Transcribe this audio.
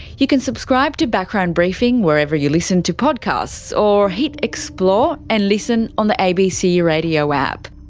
you can subscribe to background briefing wherever you listen to podcasts, or hit explore and listen on the abc radio app.